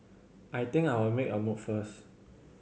I think I'll make a move first